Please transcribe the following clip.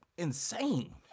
insane